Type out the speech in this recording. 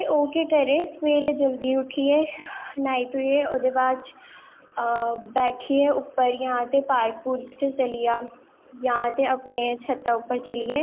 ते ओह् केह् करै सवेरै जल्दी उट्ठियै न्हाए धोए ओह्दे बाद च बैठियै उप्पर ते जां पार्क पूर्क च तली जा जां ते अपनें शत्ता उप्पर चली जाए